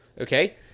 okay